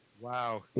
wow